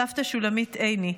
סבתא שולמית עיני,